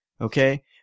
okay